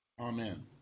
Amen